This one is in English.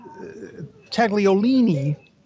tagliolini